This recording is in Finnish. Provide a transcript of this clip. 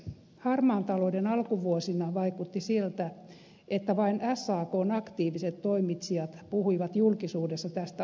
harmaan talouden alkuvuosina vaikutti siltä että vain sakn aktiiviset toimitsijat puhuivat julkisuudessa tästä ongelmasta